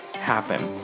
happen